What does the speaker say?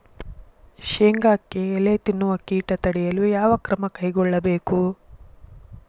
ಶೇಂಗಾಕ್ಕೆ ಎಲೆ ತಿನ್ನುವ ಕೇಟ ತಡೆಯಲು ಯಾವ ಕ್ರಮ ಕೈಗೊಳ್ಳಬೇಕು?